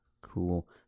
cool